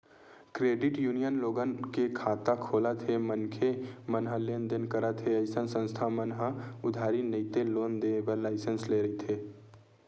credit union लोगन के खाता खोलत हे मनखे मन ह लेन देन करत हे अइसन संस्था मन ह उधारी नइते लोन देय बर लाइसेंस लेय रहिथे